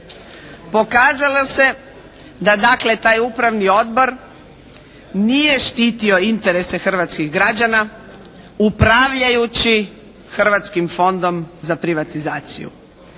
Pokazalo se da dakle taj upravni odbor nije štitio interese hrvatskih građana upravljajući Hrvatskim fondom za privatizaciju.